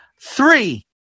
Three